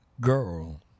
Girl